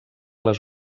les